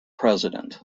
president